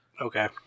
Okay